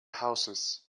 houses